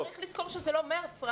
צריך לזכור שזה לא חודש מרץ,